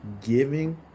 giving